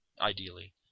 Ideally